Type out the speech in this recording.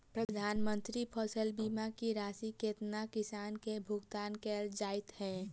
प्रधानमंत्री फसल बीमा की राशि केतना किसान केँ भुगतान केल जाइत है?